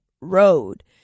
road